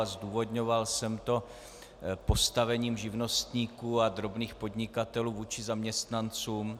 Zdůvodňoval jsem to postavením živnostníků a drobných podnikatelů vůči zaměstnancům.